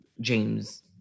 James